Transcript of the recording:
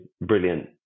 brilliant